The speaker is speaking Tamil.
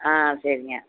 ஆ சரிங்க